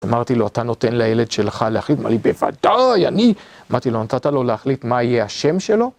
אמרתי לו, אתה נותן לילד שלך להחליט, אמר לי, בוודאי, אני. אמרתי לו, נתת לו להחליט מה יהיה השם שלו?